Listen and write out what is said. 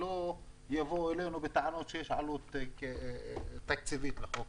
שלא יבואו אלינו בטענות שיש עלות תקציבית לחוק.